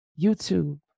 YouTube